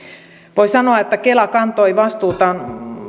voi sanoa että kela kantoi vastuuta